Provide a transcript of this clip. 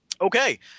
Okay